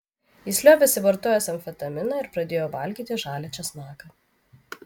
jis liovėsi vartojęs amfetaminą ir pradėjo valgyti žalią česnaką